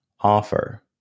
offer